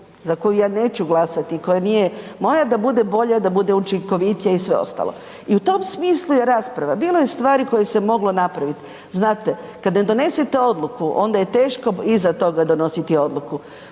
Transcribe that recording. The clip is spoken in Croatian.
za koju ja neću glasati i koja nije moja, da bude bolja, da bude učinkovitija i sve ostalo i u tom smislu je rasprava. Bilo je stvari koje se moglo napraviti. Znate, kad ne donesete odluku, onda je teško iza toga donositi odluku.